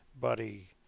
buddy